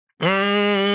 mmm